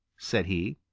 said he.